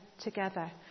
together